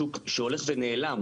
שוק שהולך ונעלם,